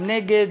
אם נגד,